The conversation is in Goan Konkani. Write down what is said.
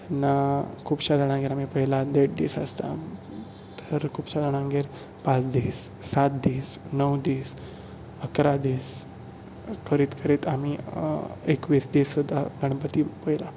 तेन्ना खुबशा जाणांगेर आमी पळयला देड दीस आसता तर खुबशां जाणांगेर पांच दीस सात दीस णव दीस अकरा दीस करीत करीत आमी एकवीस दीस सुद्दां गणपती पळयला